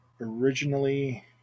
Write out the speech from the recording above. Originally